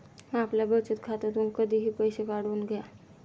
आपल्या बचत खात्यातून कधीही पैसे काढून घ्या